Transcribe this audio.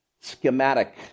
schematic